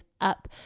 up